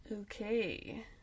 Okay